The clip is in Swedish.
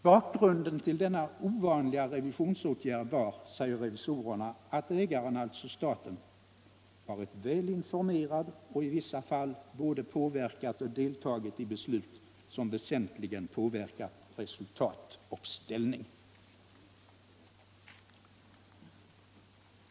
Bakgrunden till denna ovanliga revisionsåtgärd var, säger revisorerna, att ägaren — alltså staten - ”varit väl informerad och i vissa fall både påverkat och deltagit i beslut som väsentligen påverkat resultat och ställning”.